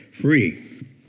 free